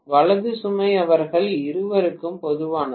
வலது சுமை அவர்கள் இருவருக்கும் பொதுவானது